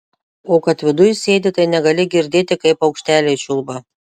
o kad viduj sėdi tai negali girdėti kaip paukšteliai čiulba